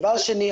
דבר שני,